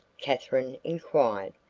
katherine inquired.